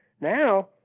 Now